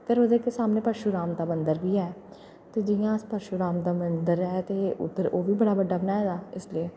ते फिर ओह्दे सामनै इक्क परशुराम दा मंदर बी ऐ ते जि'यां परशुराम दा मंदर ऐ ते ओह् बी बड़ा बड्डा बनाए दा इसलै